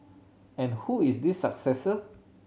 and who is this successor